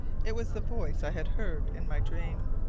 it was the voice i had heard in my dream.